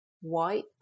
white